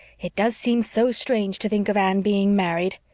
it does seem so strange to think of anne being married.